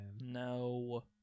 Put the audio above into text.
No